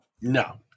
No